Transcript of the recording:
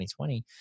2020